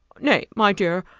nay, my dear,